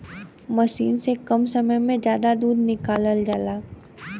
मसीन से कम समय में जादा दूध निकालल जाला